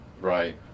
Right